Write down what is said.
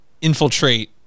infiltrate